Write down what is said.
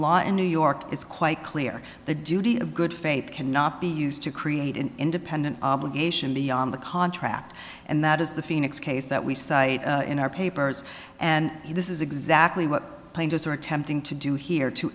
law in new york is quite clear the duty of good faith cannot be used to create an independent obligation beyond the contract and that is the phoenix case that we cite in our papers and this is exactly what pains us are attempting to do here to